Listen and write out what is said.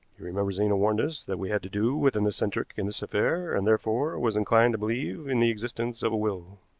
you remember zena warned us that we had to do with an eccentric in this affair, and therefore was inclined to believe in the existence of a will.